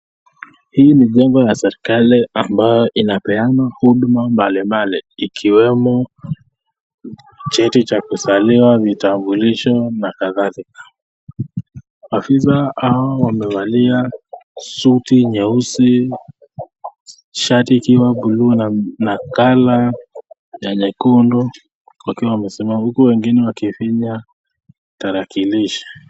Hii ni jengo ya serikali ambayo inapeana huduma mbalimbali ikiwemo cheti cha kuzaliwa, vitambulisho na kadhalika. Afisa hao wamevalia suti nyeusi, shati ikiwa buluu na colour ya nyekundu, wakiwa wamesimama huku wengine wakifinya tarakilishi.